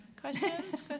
Questions